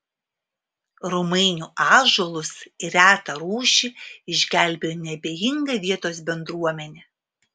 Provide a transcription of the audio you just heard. romainių ąžuolus ir retą rūšį išgelbėjo neabejinga vietos bendruomenė